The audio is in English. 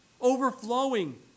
Overflowing